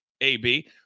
AB